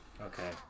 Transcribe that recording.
Okay